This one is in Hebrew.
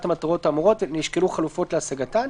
ולכן הפעולות האלה הן פעולות נקודתיות,